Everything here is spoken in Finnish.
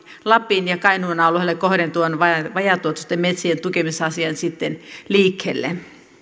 lapin ja kainuun alueille kohdentuvan vajaatuottoisten metsien tukemisasian sitten liikkeelle